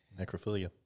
Necrophilia